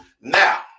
Now